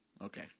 okay